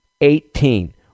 eighteen